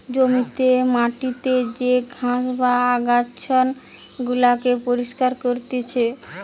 জমিতে মাটিতে যে ঘাস বা আচ্ছাদন গুলাকে পরিষ্কার করতিছে